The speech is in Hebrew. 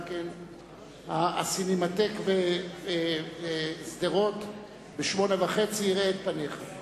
הסינמטק בשדרות ב-20:30 יראה את פניך.